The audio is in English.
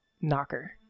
knocker